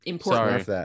Sorry